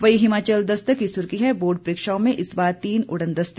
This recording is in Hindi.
वहीं हिमाचल दस्तक की सुर्खी है बोर्ड परीक्षाओं में इस बार तीन उड़नदस्ते